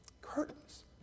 Curtains